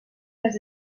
les